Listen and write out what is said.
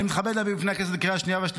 אני מתכבד להביא בפני הכנסת לקריאה השנייה ולקריאה